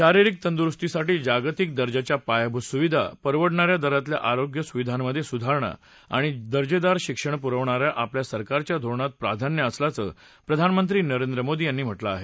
शारिरिक तंदुरुस्तीसाठी जागतिक दर्जाच्या पायाभूत सुविधा परवडणा या दरातल्या आरोग्य सुविधांमधे सुधारणा आणि दर्जेदार शिक्षण पुरवण्याला आपल्या सरकारच्या धोरणात प्राधान्य असल्याचं प्रधानमंत्री नरेंद्र मोदी यांनी म्हटलं आहे